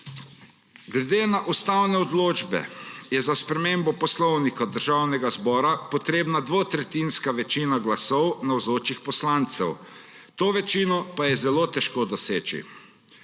Glede na ustavne odločbe je za spremembo Poslovnika Državnega zbora potrebna dvotretjinska večina glasov navzočih poslancev. To večino pa je zelo težko doseči.